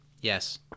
yes